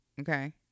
Okay